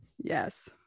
Yes